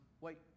Wait